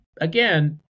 again